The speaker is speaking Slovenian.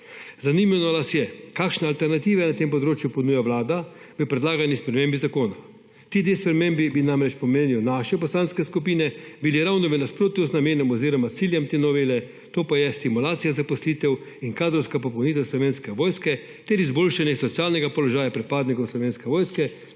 Zanimalo nas je, kakšne alternative na tem področju ponuja Vlada v predlagani spremembi zakona. Ti dve spremembi bi namreč po mnenju naše poslanske skupine bili ravno v nasprotju z namenom oziroma ciljem te novele, to pa so stimulacija zaposlitev in kadrovska popolnitev Slovenske vojske ter izboljšanje socialnega položaja pripadnikov Slovenske vojske